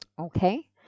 Okay